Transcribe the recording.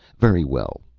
very well,